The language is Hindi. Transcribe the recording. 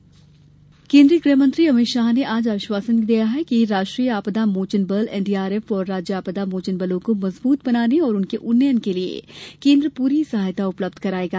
अमित शाह केन्द्रीय गृह मंत्री अमित शाह ने आज आश्वासन दिया कि राष्ट्रीय आपदा मोचन बल एनडीआरएफ और राज्य आपदा मोचन बलों को मजबूत बनाने तथा उनके उन्नयन के लिए केंद्र पूरी सहायता उपलब्ध कराएगा